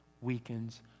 weakens